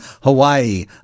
Hawaii